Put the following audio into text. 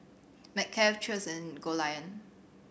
McCafe Cheers and Goldlion